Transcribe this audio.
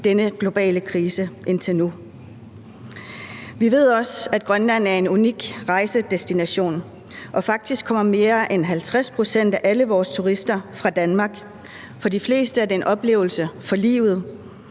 denne globale krise indtil nu. Vi ved også, at Grønland er en unik rejsedestination, og faktisk kommer mere end 50 pct. af alle vores turister fra Danmark, og for de fleste er det en oplevelse for livet.